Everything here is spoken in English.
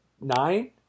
nine